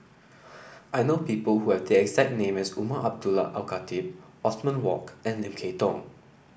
I know people who have the exact name as Umar Abdullah Al Khatib Othman Wok and Lim Kay Tong